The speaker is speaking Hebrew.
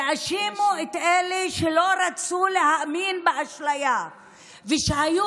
יאשימו את אלה שלא רצו להאמין באשליה ושהיו